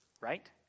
right